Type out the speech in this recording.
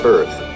Earth